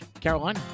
Caroline